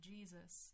Jesus